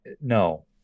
no